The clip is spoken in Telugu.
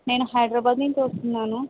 నేను హైదరాబాద్ నించి వస్తున్నాను